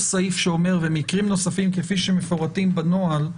סעיף שאומר במקרים נוספים כפי שמפורטים בנוהל,